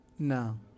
No